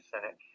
cynic